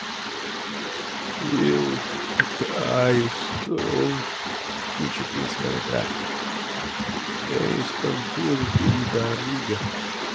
guincha o principe ao entrar é espantoso querida amiga